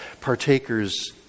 partakers